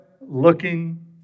looking